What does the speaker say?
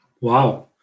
Wow